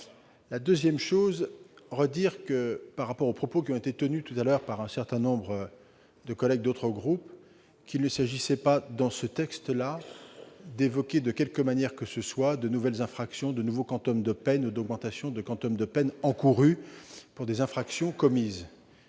! Deuxièmement, je veux redire, eu égard aux propos qui ont été tenus précédemment par un certain nombre de collègues d'autres groupes, qu'il ne s'agissait pas ici d'évoquer de quelque manière que ce soit de nouvelles infractions, de nouveaux quanta de peines ou l'augmentation de quanta de peines encourues pour des infractions commises.